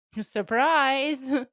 Surprise